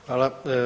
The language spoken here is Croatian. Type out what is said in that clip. Hvala.